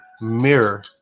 Mirror